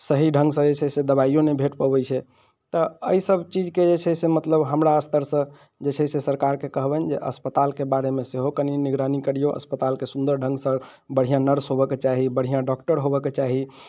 सही ढङ्गसँ जे छै से दबाइयो नहि भेट पबैत छै तऽ एहि सब चीजके जे छै से मतलब हमरा स्तरसँ जैसे जैसे सरकारके कहबनि जे अस्पतालके बारेमे सेहो कनि निगरानी करिऔ अस्पतालके सुन्दर ढङ्गसँ बढ़िआँ नर्स होबऽके चाही बढ़िआँ डॉक्टर होबऽ के चाही